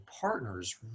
partners